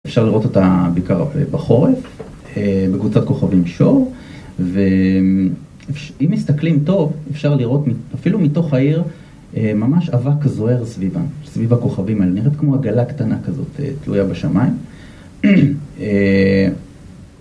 אפשר לראות אותה בעיקר בחורף, בקבוצת כוכבים שור ואם מסתכלים טוב אפשר לראות אפילו מתוך העיר ממש אבק זוהר סביבה סביב הכוכבים, נראית כמו עגלה קטנה כזאת תלויה בשמיים